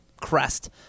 crest